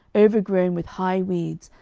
overgrown with high weeds,